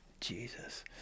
Jesus